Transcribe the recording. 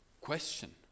question